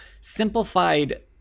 simplified